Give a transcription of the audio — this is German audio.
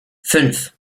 fünf